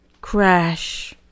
crash